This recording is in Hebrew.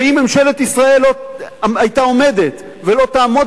ואם ממשלת ישראל לא היתה עומדת ולא תעמוד